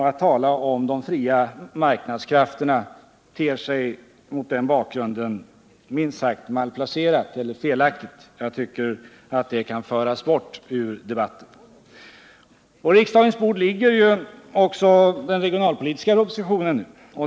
Att tala om de fria marknadskrafterna ter sig mot den bakgrunden minst sagt malplacerat eller felaktigt; jag tycker att det kan föras bort ur debatten. På riksdagens bord ligger ju också den regionalpolitiska propositionen.